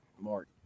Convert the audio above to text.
Mark